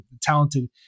talented